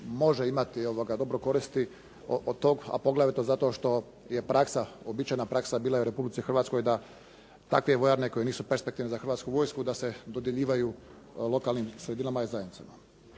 može imati dobre koristi od tog, a poglavito zato što je praksa, uobičajena praksa bila i u Republici Hrvatskoj da takve vojarne koje nisu perspektivne za Hrvatsku vojsku, da se dodjeljivaju lokalnim sredinama i zajednicama.